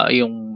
yung